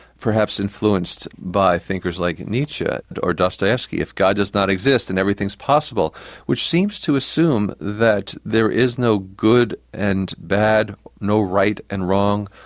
perhaps influenced by thinkers like nietzsche or dostoyevsky if god does not exist and everything's possible, which seems to assume that there is no good and bad, no right and wrong,